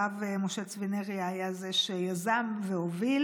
הרב משה צבי נריה היה זה שיזם והוביל,